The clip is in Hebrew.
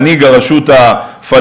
מנהיג הרשות הפלסטינית,